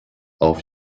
auf